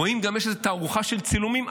רואים, גם יש תערוכה של צילומים.